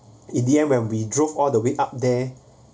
in the end when we drove all the way up there